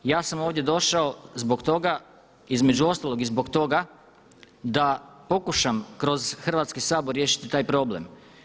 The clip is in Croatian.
Ja sam ovdje došao zbog toga između ostalog i zbog toga da pokušam kroz Hrvatski sabor riješiti taj problem.